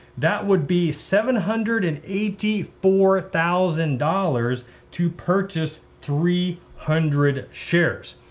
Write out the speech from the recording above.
that would be seven hundred and eighty four thousand dollars to purchase three hundred shares,